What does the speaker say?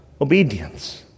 obedience